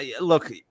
look